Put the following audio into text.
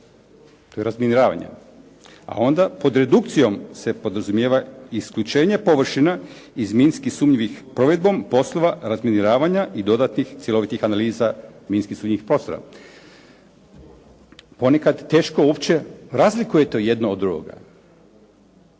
To je razminiravanje, a onda pod redukcijom se podrazumijeva "isključenje površina iz minski sumnjivih provedbom poslova razminiravanja i dodatnih cjelovitih analiza minski sumnjivih prostora." Ponekad teško uopće razlikujete jedno od drugoga.